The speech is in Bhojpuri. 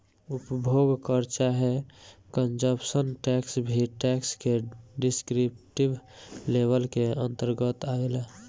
उपभोग कर चाहे कंजप्शन टैक्स भी टैक्स के डिस्क्रिप्टिव लेबल के अंतरगत आवेला